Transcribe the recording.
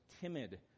timid